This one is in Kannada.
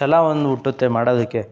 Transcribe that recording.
ಛಲವನ್ನ ಹುಟ್ಟುತ್ತೆ ಮಾಡೋದಕ್ಕೆ